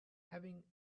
having